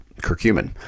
curcumin